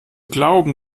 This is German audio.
glauben